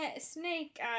Snake